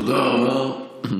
תודה רבה.